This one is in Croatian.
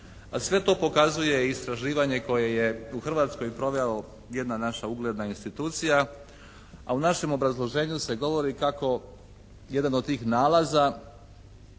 sve to pokazuje istraživanje koje je u Hrvatskoj proveo jedna naša ugledna institucija a u našem obrazloženju se govori kako jedan od tih nalaza